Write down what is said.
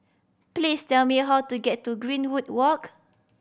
please tell me how to get to Greenwood Walk